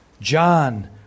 John